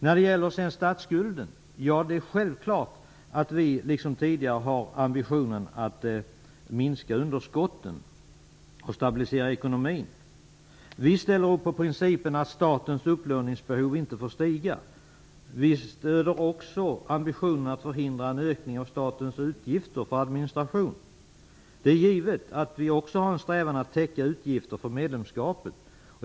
När det sedan gäller statsskulden är det självklart att vi liksom tidigare har ambitionen att minska underskotten och stabilisera ekonomin. Vi ställer upp på principen att statens upplåningsbehov inte får stiga. Vi stöder också ambitionen att förhindra en ökning av statens utgifter för administration. Det är givet att vi också har en strävan att täcka utgifter för medlemskapet.